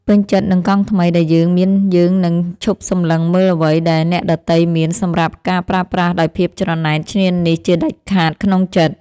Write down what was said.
ពេញចិត្តនឹងកង់ថ្មីដែលយើងមានយើងនឹងឈប់សម្លឹងមើលអ្វីដែលអ្នកដទៃមានសម្រាប់ការប្រើប្រាស់ដោយភាពច្រណែនឈ្នានីសជាដាច់ខាតក្នុងចិត្ត។